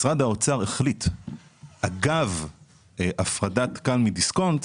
משרד האוצר החליט אגב הפרדת כאל מדיסקונט